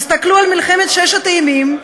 תסתכלו על מלחמת ששת הימים,